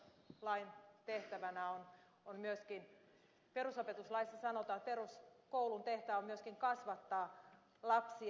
lain tehtävänä on myöskin perusopetuslaissa sanotaan että peruskoulun tehtävä on myöskin kasvattaa lapsia